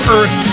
Earth